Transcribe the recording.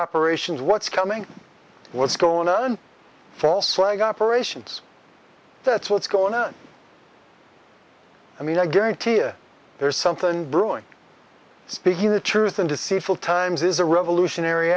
operations what's coming what's going on false flag operations that's what's going on i mean i guarantee you there's something brewing speaking the truth in deceitful times is a revolutionary